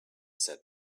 said